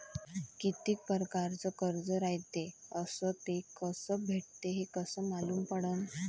कितीक परकारचं कर्ज रायते अस ते कस भेटते, हे कस मालूम पडनं?